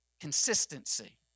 consistency